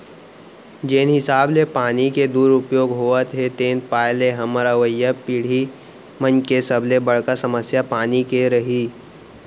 जेन हिसाब ले पानी के दुरउपयोग होवत हे तेन पाय ले हमर अवईया पीड़ही मन के सबले बड़का समस्या पानी के रइही